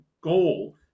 goal